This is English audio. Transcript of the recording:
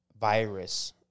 virus